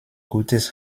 gutes